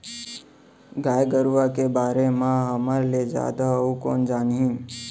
गाय गरूवा के बारे म हमर ले जादा अउ कोन जानही